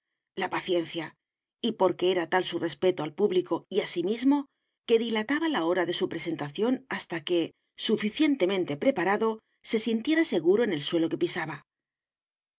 la paciencia y porque era tal su respeto al público y a sí mismo que dilataba la hora de su presentación hasta que suficientemente preparado se sintiera seguro en el suelo que pisaba